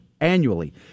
annually